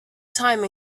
time